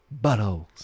Buttholes